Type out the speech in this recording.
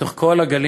בתוך כל הגלים.